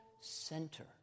center